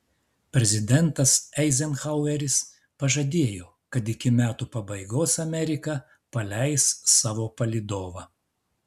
prezidentas eizenhaueris pažadėjo kad iki metų pabaigos amerika paleis savo palydovą